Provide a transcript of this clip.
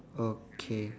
okay